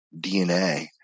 DNA